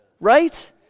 right